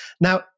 Now